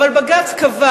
אבל בג"ץ קבע